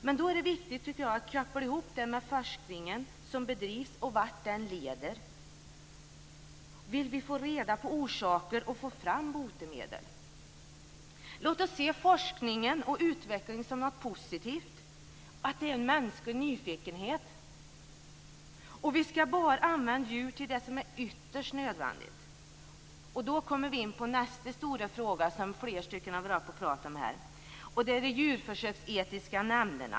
Men det är då viktigt att koppla ihop detta med den forskning som bedrivs och vart den leder, om vi vill ha reda på orsaker och få fram botemedel. Låt oss se forskningen och utvecklingen som något positivt. Det finns en mänsklig nyfikenhet. Vi skall bara använda djur till det som är ytterst nödvändigt. Då kommer vi in på nästa stora fråga, som flera har varit uppe och pratat om. Det gäller de djurförsöksetiska nämnderna.